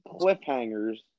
cliffhangers